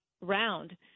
round